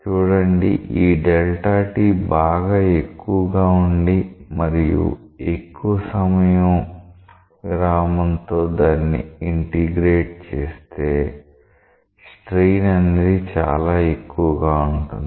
చూడండి ఈ Δt బాగా ఎక్కువగా ఉండి మరియు ఎక్కువ సమయం విరామం తో దాన్ని ఇంటిగ్రేట్ చేస్తే స్ట్రెయిన్ అనేది చాలా ఎక్కువగా ఉంటుంది